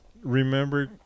remember